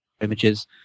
images